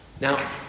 Now